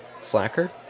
Slacker